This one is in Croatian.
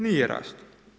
Nije rast.